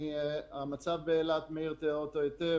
מאיר תיאר את המצב באילת היטב,